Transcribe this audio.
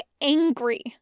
angry